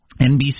NBC